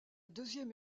deuxième